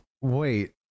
Wait